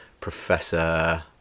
professor